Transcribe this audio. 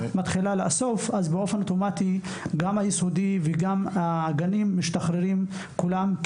אז באופן אוטומטי גם בתי הספר היסודיים וילדי הגנים משתחררים כולם,